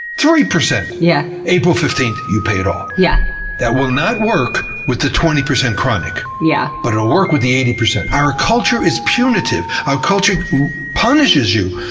three percent. yeah april fifteenth, you pay it all. yeah that that will not work with the twenty percent chronic, yeah but it'll work with the eighty percent. our culture is punitive. our culture punishes you.